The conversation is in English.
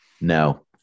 No